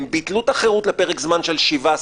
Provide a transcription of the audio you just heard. הם ביטלו את החירות לפרק זמן של שבעה,